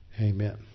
Amen